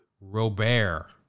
Robert